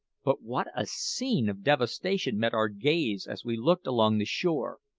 but what a scene of devastation met our gaze as we looked along the shore!